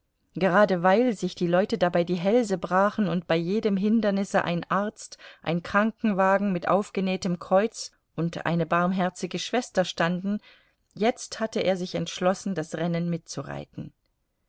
gerade weil sich die leute dabei die hälse brachen und bei jedem hindernisse ein arzt ein krankenwagen mit aufgenähtem kreuz und eine barmherzige schwester standen jetzt hatte er sich entschlossen das rennen mitzureiten